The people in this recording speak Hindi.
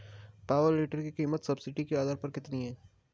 पावर टिलर की कीमत सब्सिडी के आधार पर कितनी है?